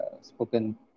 spoken